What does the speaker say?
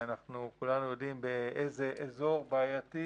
כולנו יודעים באיזה אזור בעייתי